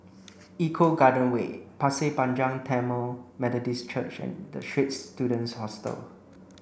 Eco Garden Way Pasir Panjang Tamil Methodist Church and The Straits Students Hostel